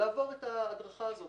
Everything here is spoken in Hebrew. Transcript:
לעבור את ההדרכה הזאת.